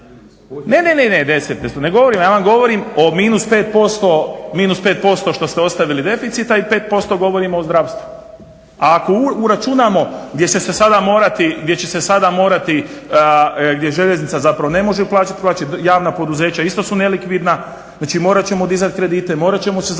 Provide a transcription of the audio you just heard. Ne, ne desete. Ja vam govorim o minus pet posto što ste ostavili deficita i pet posto govorim o zdravstvu. A ako uračunamo gdje će se sada morati, gdje željeznica zapravo ne može plaćati, javna poduzeća isto su nelikvidna. Znači, morat ćemo dizati kredite, morat ćemo se zaduživati,